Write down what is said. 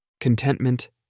CONTENTMENT